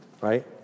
right